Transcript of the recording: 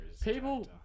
People